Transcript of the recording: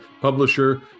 publisher